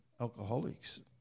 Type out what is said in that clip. alcoholics